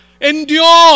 Endure